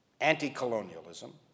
anti-colonialism